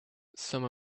some